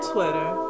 Twitter